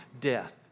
death